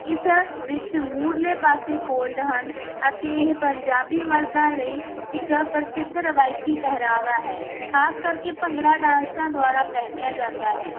ਇਸ ਵਿੱਚ ਮੂਹਰਲੇ ਪਾਸੇ ਫੋਲਡ ਹਨ ਅਤੇ ਇਹ ਪੰਜਾਬੀ ਮਰਦਾਂ ਲਈ ਇੱਕ ਪ੍ਰਸਿੱਧ ਰਵਾਇਤੀ ਪਹਿਰਾਵਾ ਹੈ ਖ਼ਾਸ ਕਰਕੇ ਭੰਗੜਾ ਡਾਂਸਰਾਂ ਦੁਆਰਾ ਪਹਿਨਿਆ ਜਾਂਦਾ ਹੈ